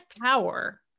power